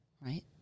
right